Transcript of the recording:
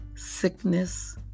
sickness